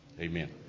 amen